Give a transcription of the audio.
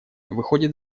выходит